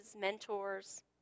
mentors